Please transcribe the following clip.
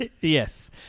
Yes